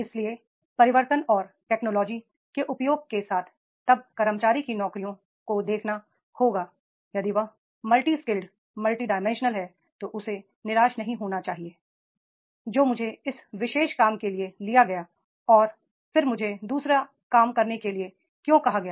इसलिए परिवर्तन और टेक्नोलॉजी के उपयोग के साथ तब कर्मचारी को नौकरियों को देखना होगा यदि वह मल्टी स्किल्ड मल्टी डाइमेंशनल है तो उसे निराश नहीं होना चाहिए जो मुझे इस विशेष काम के लिए लिया गया और फिर मुझे दू सरा काम करने के लिए क्यों कहा गया